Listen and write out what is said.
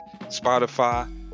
Spotify